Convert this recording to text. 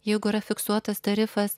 jeigu yra fiksuotas tarifas